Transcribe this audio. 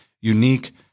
unique